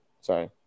sorry